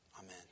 Amen